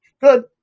Good